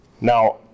Now